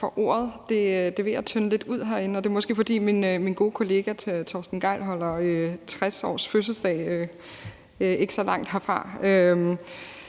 for ordet. Det er ved at tynde lidt ud herinde, og det er måske, fordi min gode kollega Torsten Gejl holder 60-årsfødselsdag ikke så langt herfra.